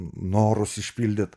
norus išpildyt